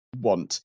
want